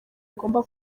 agomba